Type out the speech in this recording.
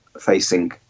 facing